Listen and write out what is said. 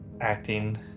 acting